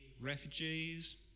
Refugees